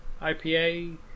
IPA